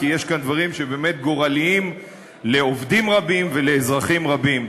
כי יש כאן דברים שהם באמת גורליים לעובדים רבים ולאזרחים רבים.